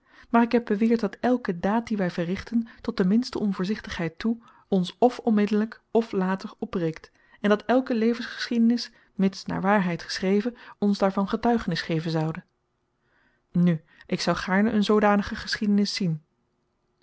maar ik heb beweerd dat elke daad die wij verrichten tot de minste onvoorzichtigheid toe ons of onmiddellijk of later opbreekt en dat elke levensgeschiedenis mids naar waarheid geschreven ons daarvan getuigenis geven zoude nu ik zoû gaarne een zoodanige geschiedenis zien